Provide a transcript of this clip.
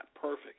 perfect